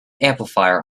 amplifier